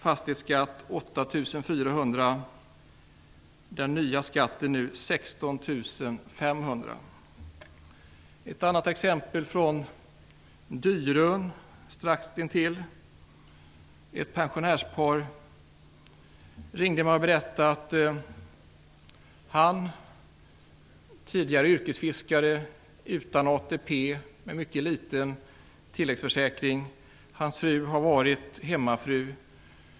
Jag har ett annat exempel från Dyrön, strax intill. Ett pensionärspar ringde mig och berättade att han tidigare varit yrkesfiskare, utan ATP och med en mycket liten tilläggsförsäkring. Hans fru har varit hemmafru.